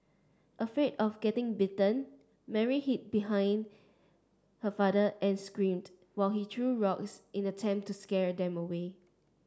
afraid of getting bitten Mary hid behind her father and screamed while he threw rocks in an attempt to scare them away